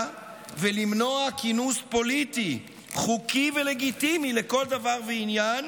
ולמנוע כינוס פוליטי חוקי ולגיטימי לכל דבר ועניין